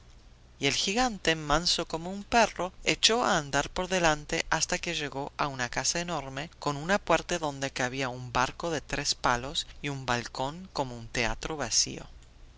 y el gigante manso como un perro echó a andar por delante hasta que llegó a una casa enorme con una puerta donde cabía un barco de tres palos y un balcón como un teatro vacío